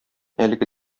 әлеге